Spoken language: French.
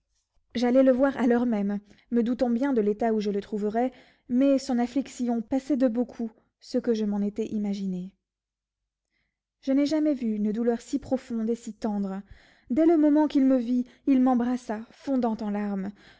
j'allai le voir à l'heure même me doutant bien de l'état où je le trouverais mais son affliction passait de beaucoup ce que je m'en étais imaginé je n'ai jamais vu une douleur si profonde et si tendre dès le moment qu'il me vit il m'embrassa fondant en larmes